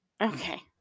Okay